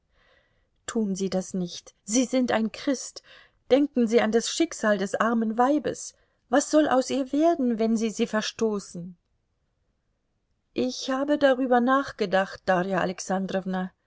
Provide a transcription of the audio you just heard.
tun sie das nicht sie sind ein christ denken sie an das schicksal des armen weibes was soll aus ihr werden wenn sie sie verstoßen ich habe darüber nachgedacht darja alexandrowna